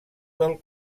del